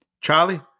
Charlie